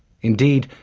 indeed,